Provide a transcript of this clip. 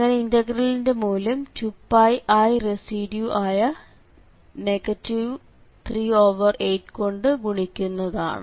അങ്ങനെ ഇന്റഗ്രലിന്റെ മൂല്യം 2πi റെസിഡ്യൂ ആയ 38 കൊണ്ട് ഗുണിക്കുന്നതാണ്